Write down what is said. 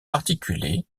articulé